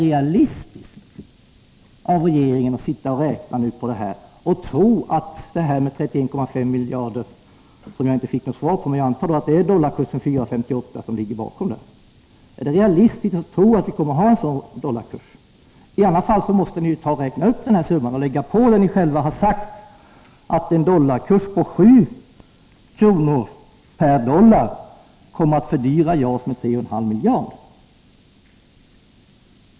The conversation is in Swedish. Jag fick inte något svar på den frågan, men jag gissar att det är en dollarkurs på 4,58 kr. som ligger bakom dessa 31,5 miljarder. Är det realistiskt att tro att vi kommer att ha en sådan dollarkurs? I annat fall måste ni räkna upp denna summa med hänsyn till vad ni själva sagt, nämligen att en dollarkurs på 7 kr. kommer att fördyra JAS med 3,5 miljarder.